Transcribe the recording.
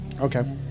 Okay